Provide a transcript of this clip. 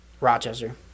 Rochester